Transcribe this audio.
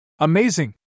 Amazing